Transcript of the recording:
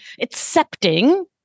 accepting